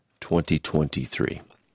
2023